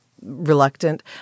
reluctant